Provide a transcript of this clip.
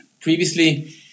previously